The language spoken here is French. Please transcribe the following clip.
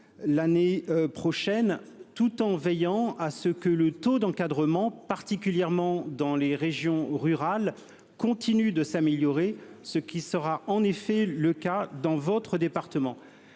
L'année prochaine tout en veillant à ce que le taux d'encadrement particulièrement dans les régions rurales continue de s'améliorer, ce qui sera en effet le cas dans votre département